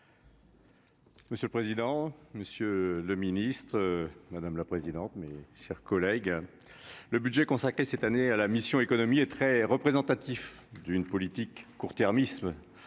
Monsieur le président, Monsieur le Ministre, madame la présidente, mes chers collègues, le budget consacré cette année à la mission Économie très représentatif d'une politique court- termisme